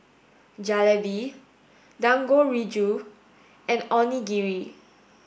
Jalebi Dangojiru and Onigiri